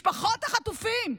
משפחות החטופים,